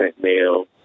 male